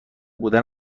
بودن